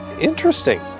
interesting